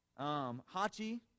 Hachi